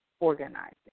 organizing